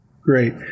Great